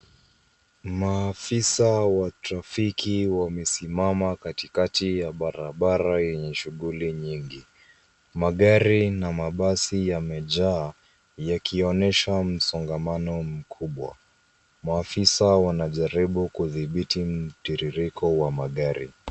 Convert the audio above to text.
Maafisa wa trafiki wamesimama katikati ya barabara yenye shughuli nyingi. Magari na mabasi yamejaa, yakionyesha msongamano mkubwa. Maafisa wanajaribu kudhibiti mtiririko wa magari.